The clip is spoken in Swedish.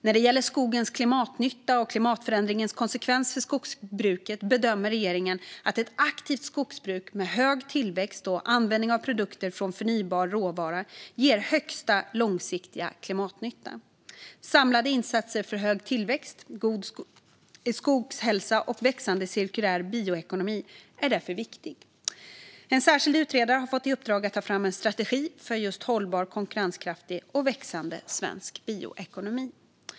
När det gäller skogens klimatnytta och klimatförändringens konsekvens för skogsbruket bedömer regeringen att ett aktivt skogsbruk med stor tillväxt och användning av produkter från förnybar råvara ger största långsiktiga klimatnytta. Samlade insatser för stor tillväxt, god skogshälsa och en växande cirkulär bioekonomi är därför viktiga. En särskild utredare har fått i uppdrag att ta fram en strategi för en hållbar, konkurrenskraftig och växande svensk bioekonomi.